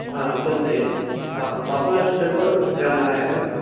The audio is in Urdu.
ہاں چلتے ہاں پاپلا شیمپل جانا ہے